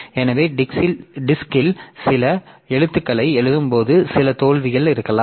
எனவே டிஸ்க்ல் சில எழுத்துக்களை எழுதும் போது சில தோல்விகள் இருக்கலாம்